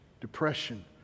depression